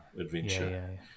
adventure